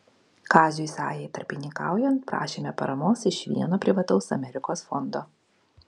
kaziui sajai tarpininkaujant prašėme paramos iš vieno privataus amerikos fondo